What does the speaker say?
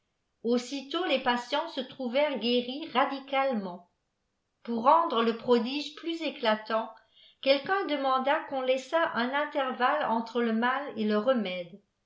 aussitôt les patients se trouvèrent guéris radicalement pour rendre le prodige plus éclatant quelqu'un demanda qu'on laissât un intervalle entre le mal et le remède